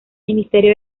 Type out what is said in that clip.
ministerio